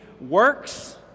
works